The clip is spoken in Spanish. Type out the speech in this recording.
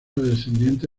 descendiente